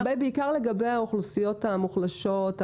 בעיקר לגבי האוכלוסיות המוחלשות,